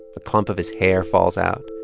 a clump of his hair falls out.